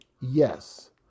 yes